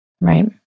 right